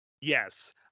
Yes